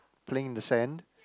playing in the sand